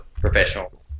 professional –